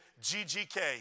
GGK